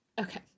Okay